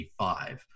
25